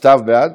טוב, בסדר,